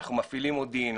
אנחנו מפעילים מודיעין,